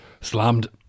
Slammed